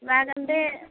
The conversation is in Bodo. जागोन दे